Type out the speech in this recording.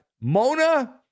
Mona